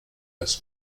als